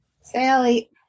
Sally